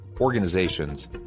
organizations